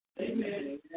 Amen